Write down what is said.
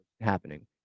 happening